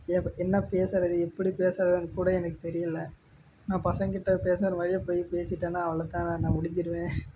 என்ன பேசுவது எப்படி பேசுவதுன்னு கூட எனக்கு தெரியலை நான் பசங்கக்கிட்டே பேசுகிற மாதிரியே போய் பேசிட்டேனா அவ்ளவுதான் நான் முடிஞ்சுடுவேன்